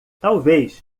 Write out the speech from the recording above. talvez